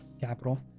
capital